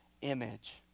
image